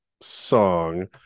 song